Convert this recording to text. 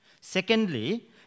Secondly